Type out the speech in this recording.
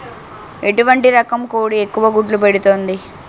ఎటువంటి రకం కోడి ఎక్కువ గుడ్లు పెడుతోంది?